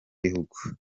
b’igihugu